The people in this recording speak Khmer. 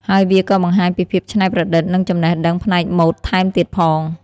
ហើយវាក៏បង្ហាញពីភាពច្នៃប្រឌិតនិងចំណេះដឹងផ្នែកម៉ូដថែមទៀតផង។